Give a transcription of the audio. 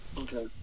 Okay